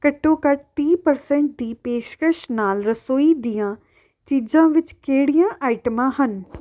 ਘੱਟੋ ਘੱਟ ਤੀਹ ਪਰਸੈਂਟ ਦੀ ਪੇਸ਼ਕਸ਼ ਨਾਲ ਰਸੋਈ ਦੀਆਂ ਚੀਜ਼ਾਂ ਵਿੱਚ ਕਿਹੜੀਆਂ ਆਈਟਮਾਂ ਹਨ